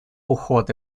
уход